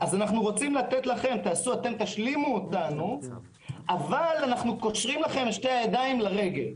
אז תשלימו אותנו אבל אנחנו קושרים לכם את שתי הידיים לרגל.